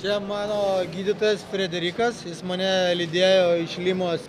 čia mano gydytojas frederikas jis mane lydėjo iš limos